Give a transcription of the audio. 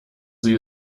sie